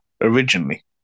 originally